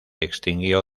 extinguió